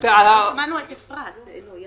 לאשר להם.